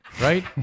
right